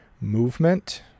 movement